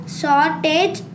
shortage